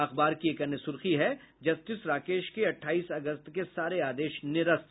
अखबार की एक अन्य सुर्खी है जस्टिस राकेश के अट्ठाईस अगस्त के सारे आदेश निरस्त